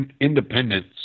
independence